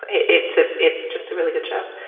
it's ah it's just a really good show.